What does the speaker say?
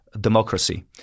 democracy